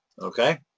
okay